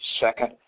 Second